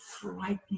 frightening